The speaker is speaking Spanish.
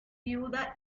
viuda